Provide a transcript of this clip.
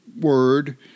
word